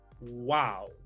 wow